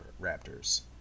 raptors